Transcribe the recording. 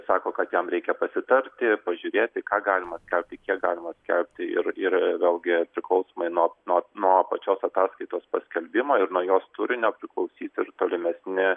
sako kad jam reikia pasitarti pažiūrėti ką galima skelbti kiek galima skelbti ir ir vėlgi priklausomai nuo nuo nuo pačios ataskaitos paskelbimo ir nuo jos turinio priklausys ir tolimesni